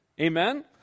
Amen